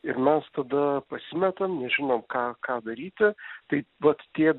ir mes tada pasimetam nežinom ką ką daryti tai vat tie